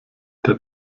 der